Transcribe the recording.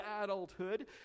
adulthood